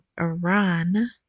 iran